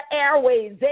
airways